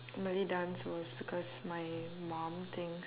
malay dance was because my mum thinks